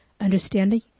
Understanding